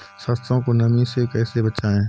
सरसो को नमी से कैसे बचाएं?